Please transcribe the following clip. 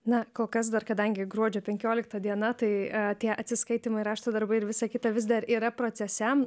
na kol kas dar kadangi gruodžio penkiolikta diena tai tie atsiskaitymai rašto darbai ir visa kita vis dar yra procese